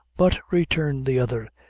but, returned the other,